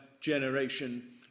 generation